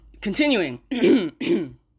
Continuing